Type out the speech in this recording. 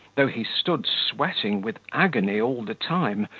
though he stood sweating with agony all the time,